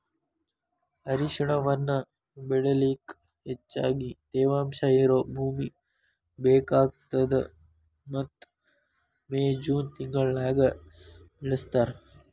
ಅರಿಶಿಣವನ್ನ ಬೆಳಿಲಿಕ ಹೆಚ್ಚಗಿ ತೇವಾಂಶ ಇರೋ ಭೂಮಿ ಬೇಕಾಗತದ ಮತ್ತ ಮೇ, ಜೂನ್ ತಿಂಗಳನ್ಯಾಗ ಬೆಳಿಸ್ತಾರ